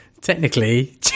technically